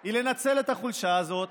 היא לנצל את החולשה הזאת,